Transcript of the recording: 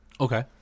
Okay